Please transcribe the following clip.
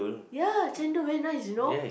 ya chendol very nice you know